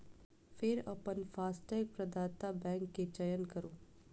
फेर अपन फास्टैग प्रदाता बैंक के चयन करू